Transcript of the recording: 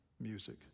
music